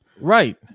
Right